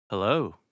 Hello